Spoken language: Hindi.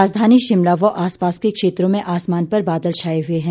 राजधानी शिमला व आसपास के क्षेत्रों में आसमान पर बादल छाए हुए हैं